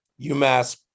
UMass